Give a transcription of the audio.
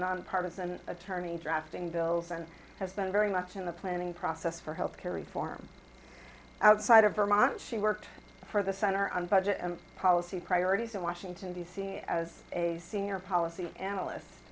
nonpartisan attorney drafting bills and has been very much in the planning process for health care reform outside of vermont she worked for the center on budget and policy priorities in washington d c as a senior policy analyst